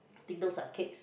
think those are cakes